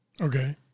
Okay